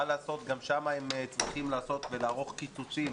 מה לעשות, גם שם הם צריכים לעשות ולערוך קיצוצים